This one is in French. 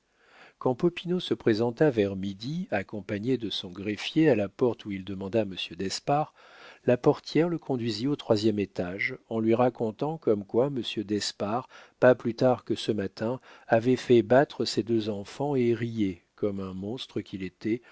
quand popinot se présenta vers midi accompagné de son greffier à la porte où il demanda monsieur d'espard la portière le conduisit au troisième étage en lui racontant comme quoi monsieur d'espard pas plus tard que ce matin avait fait battre ses deux enfants et riait comme un monstre qu'il était